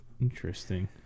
Interesting